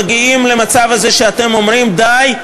מגיעים למצב הזה שאתם אומרים די,